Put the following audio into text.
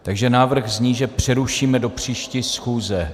Takže návrh zní, že přerušíme do příští schůze.